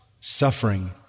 suffering